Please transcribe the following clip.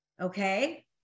okay